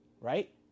right